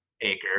acre